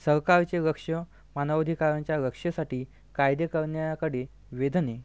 सरकारचे लक्ष मानव अधिकारांच्या रक्षेसाठी कायदे करण्याकडे वेधणे